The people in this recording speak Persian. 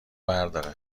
برداره